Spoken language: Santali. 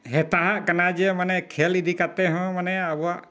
ᱦᱮᱸᱛᱟᱣᱟᱜ ᱠᱟᱱᱟ ᱡᱮ ᱢᱟᱱᱮ ᱠᱷᱮᱞ ᱤᱫᱤ ᱠᱟᱛᱮᱦᱚᱸ ᱢᱟᱱᱮ ᱟᱵᱚᱣᱟᱜ